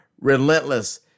relentless